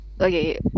Okay